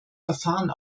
verfahren